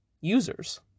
users